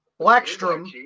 Blackstrom